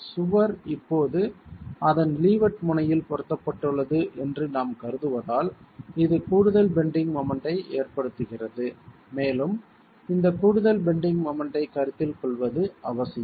சுவர் இப்போது அதன் லீவார்ட் முனையில் பொருத்தப்பட்டுள்ளது என்று நாம் கருதுவதால் இது கூடுதல் பெண்டிங் மொமெண்ட் ஐ ஏற்படுத்துகிறது மேலும் இந்த கூடுதல் பெண்டிங் மொமெண்ட் ஐ கருத்தில் கொள்வது அவசியம்